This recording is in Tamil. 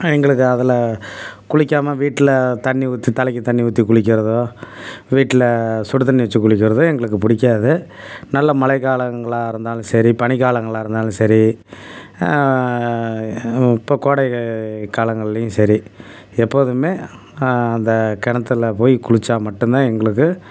எங்களுக்கு அதில் குளிக்காமல் வீட்டில தண்ணி ஊற்றி தலைக்கு தண்ணி ஊற்றி குளிக்கிறதோ வீட்டில சுடு தண்ணி வச்சு குளிக்கிறதோ எங்களுக்கு பிடிக்காது நல்ல மழைக்காலங்களா இருந்தாலும் சரி பனிக்காலங்களாக இருந்தாலும் சரி இப்போ கோடை காலங்கள்லையும் சரி எப்போதுமே அந்த கிணத்துல போய் குளிச்சால் மட்டும் தான் எங்களுக்கு